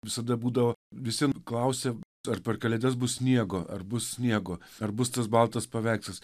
visada būdavo visi klausia ar per kalėdas bus sniego ar bus sniego ar bus tas baltas paveikslas